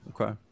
Okay